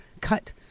cut